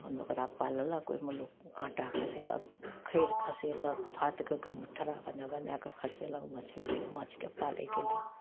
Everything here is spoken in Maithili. तहन ओकरा पाललक ओहिमे लोक आँटा खसेलक खैर खसेलक भातके मुठरा बना बना कऽ फसेलक मछली माँछके पालैके लेल